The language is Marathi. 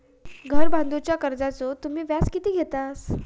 घर बांधूच्या कर्जाचो तुम्ही व्याज किती घेतास?